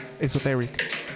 esoteric